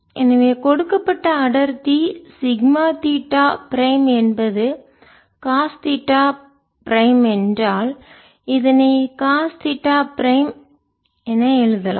எனவே கொடுக்கப்பட்ட அடர்த்தி சிக்மா தீட்டா பிரைம் என்பது காஸ் தீட்டா பிரைம் என்றால் இதனை காஸ் தீட்டா பிரைம் எழுதலாம்